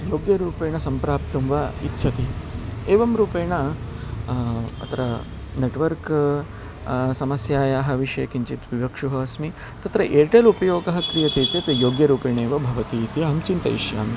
योग्यरूपेण सम्प्राप्तुं वा इच्छति एवं रूपेण अत्र नेट्वर्क् समस्यायाः विषये किञ्चित् विवक्षुः अस्मि तत्र एर्टेल् उपयोगः क्रियते चेत् योग्यरूपेण एव भवति इति अहं चिन्तयिष्यामि